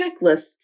checklists